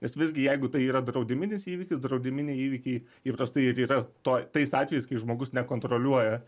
nes visgi jeigu tai yra draudiminis įvykis draudiminiai įvykiai įprastai ir yra to tais atvejais kai žmogus nekontroliuoja